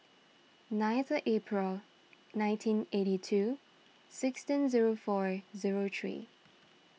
ninth April nineteen eighty two sixteen zero four zero three